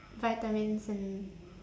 vitamins and